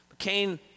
Cain